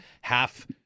half